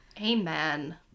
Amen